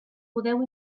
podeu